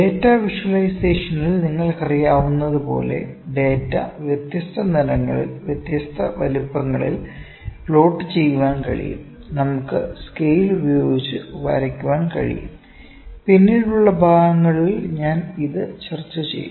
data വിഷ്വലൈസേഷനിൽ നിങ്ങൾക്കറിയാവുന്നതുപോലെ data വ്യത്യസ്ത നിറങ്ങളിൽ വ്യത്യസ്ത വലുപ്പങ്ങളിൽ പ്ലോട്ട് ചെയ്യാൻ കഴിയും നമുക്ക് സ്കെയിൽ ഉപയോഗിച്ച് വരയ്ക്കാൻ കഴിയും പിന്നീടുള്ള ഭാഗങ്ങളിൽ ഞാൻ അത് ചർച്ച ചെയ്യും